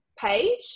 page